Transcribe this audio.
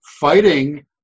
fighting